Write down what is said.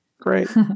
Great